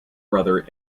brother